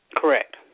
Correct